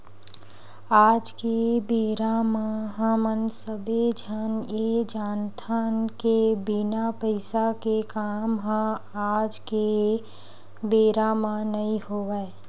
आज के बेरा म हमन सब्बे झन ये जानथन के बिना पइसा के काम ह आज के बेरा म नइ होवय